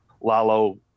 Lalo